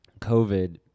COVID